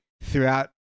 throughout